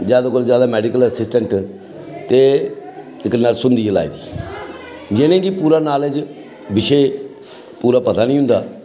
जैदा कोला जैदा मैडिकल असिस्टेंट ते इक नर्स होंदी ऐ लाई दी जि'नेंगी पूरा नॉलेज़ विशे पूरा पता निं होंदा